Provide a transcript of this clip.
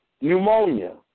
pneumonia